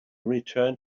return